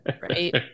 right